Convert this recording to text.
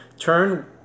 turn